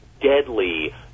deadly